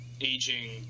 aging